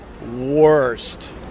worst